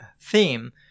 theme